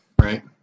right